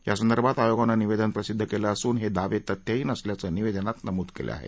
यासंदर्भात आयोगानं निवेदन प्रसिद्ध केलं असून हे दावे तथ्यहीन असल्याचं निवेदनात नमूद करण्यात आलं आहे